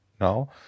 now